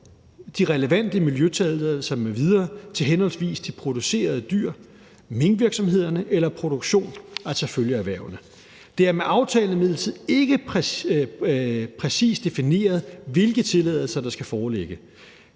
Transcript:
de relevante miljøtilladelser m.v. til henholdsvis de producerede dyr, minkvirksomhederne eller produktion, altså følgeerhvervene. Det er med aftalen imidlertid ikke præcist defineret, hvilke tilladelser der skal foreligge.